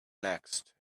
next